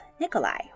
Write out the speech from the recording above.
Nikolai